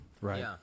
Right